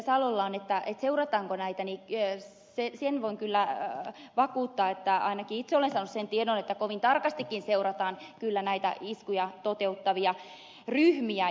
salolla on huoli seurataanko näitä niin sen voin kyllä vakuuttaa että ainakin itse olen saanut sen tiedon että kovin tarkastikin seurataan näitä iskuja toteuttavia ryhmiä